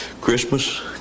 Christmas